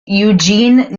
eugene